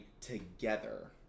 together